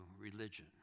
religion